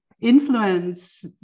influence